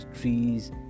trees